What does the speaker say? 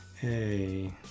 hey